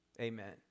Amen